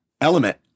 element